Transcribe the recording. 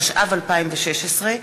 התשע"ו 2016,